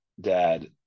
dad